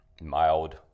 mild